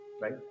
right